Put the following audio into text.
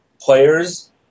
players